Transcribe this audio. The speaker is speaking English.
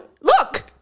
Look